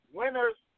winners